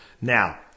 Now